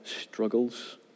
struggles